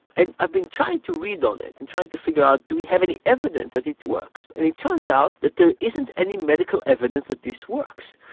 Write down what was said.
and i'd been trying to read on it and trying to figure out, do we have any evidence that it works? and it turns out that there isn't any medical evidence that this works.